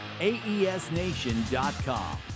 AESnation.com